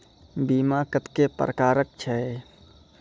बीमा कत्तेक प्रकारक छै?